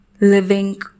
living